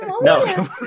No